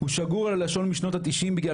הוא שגור על הלשון משנות התשעים בגלל